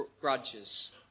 grudges